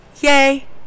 yay